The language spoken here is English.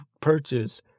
purchase